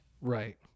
right